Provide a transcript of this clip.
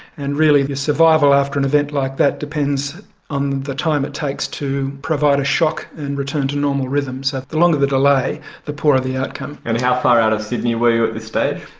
and really the survival after an event like that depends on the time it takes to provide a shock and return to normal rhythm. so the longer the delay the poorer the outcome. and how far out of sydney were you at this stage?